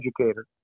educator